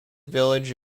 village